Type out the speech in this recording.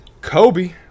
kobe